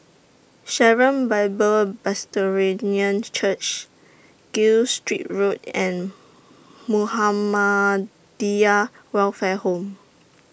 Sharon Bible Presbyterian Church Gilstead Road and Muhammadiyah Welfare Home